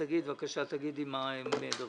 שגית, בבקשה, תגידי מה הם דרשו.